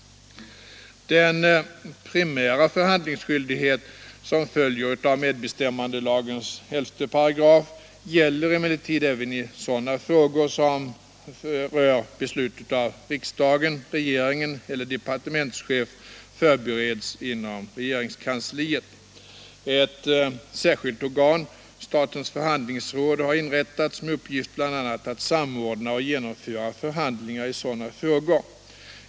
Den primära förhandlingsskyldighet som följer av medbestämmandelagens 11 § gäller emellertid även i sådana frågor som för beslut av riksdagen, regeringen eller departementschef förbereds inom regeringskansliet. Ett särskilt organ — statens förhandlingsråd — har inrättats med uppgift bl.a. att samordna och genomföra förhandlingar i sådana frågor.